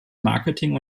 marketing